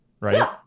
right